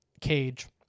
cage